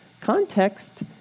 Context